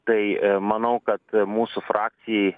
tai manau kad mūsų frakcijai